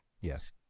Yes